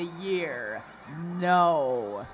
the year no